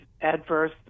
adverse